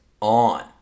on